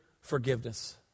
forgiveness